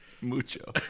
Mucho